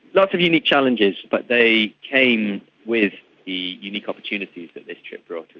lots of unique challenges, but they came with the unique opportunities that this trip brought